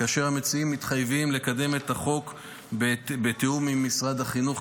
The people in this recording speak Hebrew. כאשר המציעים מתחייבים לקדם את החוק בתיאום עם משרד החינוך,